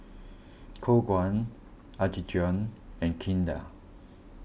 Khong Guan Apgujeong and Kinder